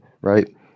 right